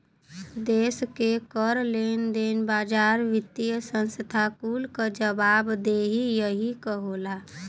देस के कर, लेन देन, बाजार, वित्तिय संस्था कुल क जवाबदेही यही क होला